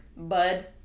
Bud